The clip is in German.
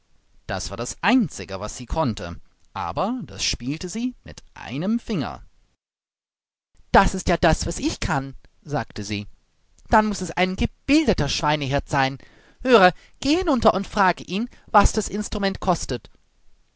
das war das einzige was sie konnte aber das spielte sie mit einem finger das ist ja das was ich kann sagte sie dann muß es ein gebildeter schweinehirt sein höre gehe hinunter und frage ihn was das instrument kostet